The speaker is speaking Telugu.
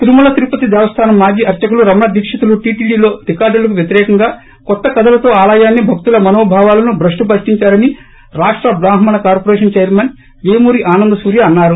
తిరుమల తిరుపతి దేవస్లానం మాజీ అర్సకులు రమణ దీక్షితులు టీటీడీలో రికార్గులకు వ్యతిరేకంగా కొత్త కథలతో ఆలయాన్సి భక్తుల మనోభావాలను భ్రష్య పట్టించారని రాష్ట ట్రాహ్మణ కార్పొరేషన్ చైర్మన్ పేమూరి ఆనంద్ సూర్య అన్నారు